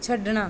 ਛੱਡਣਾ